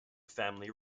family